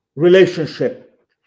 relationship